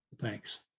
thanks